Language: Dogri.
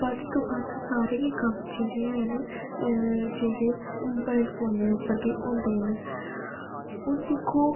बद्ध तों बद्ध सारे गै कम्म जेह्ड़े हैन अ जेह्ड़े मोबाइल फोनै उप्पर गै होंदे न हुन दिक्खो